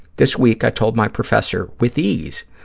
this week, i told my professor, with ease,